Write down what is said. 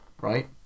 right